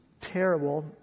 terrible